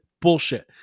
bullshit